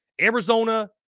Arizona